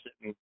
sitting